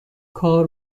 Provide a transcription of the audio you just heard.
کار